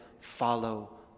follow